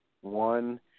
One